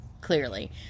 clearly